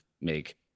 make